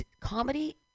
comedy